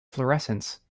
fluorescence